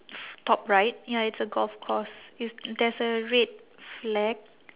top right ya it's a golf course it's there's a red flag